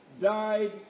died